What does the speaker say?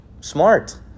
smart